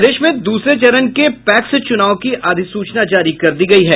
प्रदेश में दूसरे चरण के पैक्स चुनाव की अधिसूचना जारी कर दी गयी है